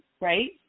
Right